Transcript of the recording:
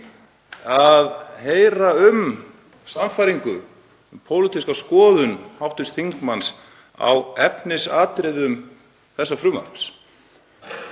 að heyra um sannfæringu og pólitíska skoðun hv. þingmanns á efnisatriðum þessa frumvarps.